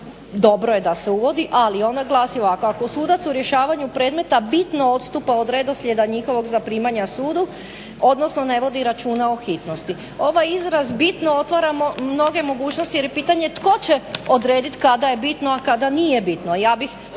dobro je da se uvodi, ali ona glasi ovako, ako sudac u rješavanju predmeta bitno odstupa od redoslijeda njihovog zaprimanja sudu, odnosno ne vodi računa o hitnosti. Ovaj izraz bitno otvara mnoge mogućnosti jer je pitanje tko će odredit kada je bitno, a kada nije bitno.